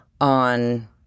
on